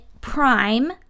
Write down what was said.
Prime